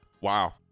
Wow